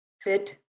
fit